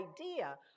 idea